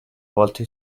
volte